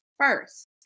first